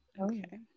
Okay